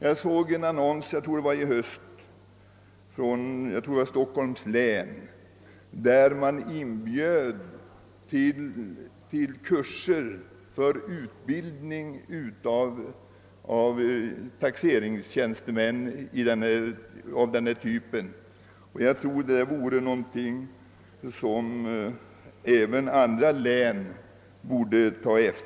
Jag har denna höst sett en annons, där man inbjöd till kurser för utbildning av taxeringstjänstemän av denna typ i Stockholms län. Detta är något som även andra län borde ta upp.